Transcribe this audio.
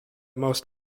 most